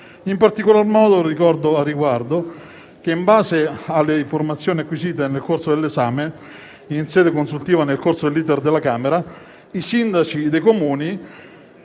In particolar modo, ricordo al riguardo che, in base alle informazioni acquisite nel corso dell'esame in sede consultiva nel corso dell'*iter* alla Camera, i sindaci dei Comuni